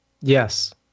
Yes